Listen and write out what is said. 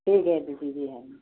ठीक है जी जी हाँ